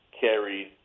carried